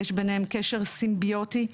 יש ביניהן קשר סימביוטי,